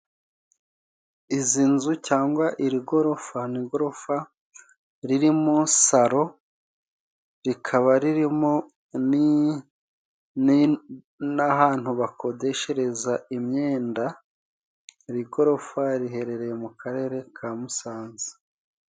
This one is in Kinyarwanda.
Izi nzu cyangwa iri gorofa, ni igorofa ririmo salo rikaba ririmo n'ahantu bakodeshereza imyenda, iri gorofa riherereye mu karere ka Musanze.